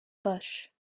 bush